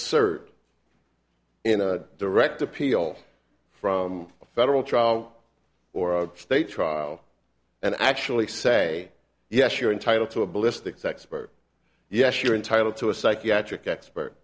cert in a direct appeal from a federal trial or state trial and actually say yes you're entitled to a ballistics expert yes you're entitled to a psychiatric expert